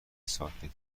ساکته